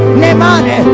nemane